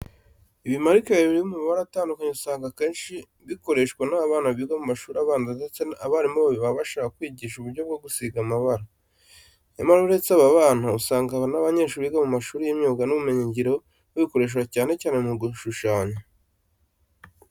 Ibimarikeri biri mu mabara atandukanye, usanga akenshi bikoreshwa n'abana biga mu mashuri abanza ndetse abarimu babibaha bashaka kubigisha uburyo bwo gusiga amabara. Nyamara uretse aba bana, usanga n'abanyeshuri biga mu mashuri y'imyuga n'ubumenyingiro babikoresha cyane cyane mu gushushanya.